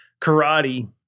karate